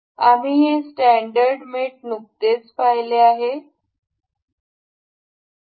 आम्ही हे स्टॅंडर्ड मेट नुकतेच पाहिले आहेत आता बघूया